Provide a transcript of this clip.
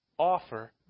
Offer